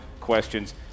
questions